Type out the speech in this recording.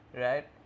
Right